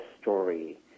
story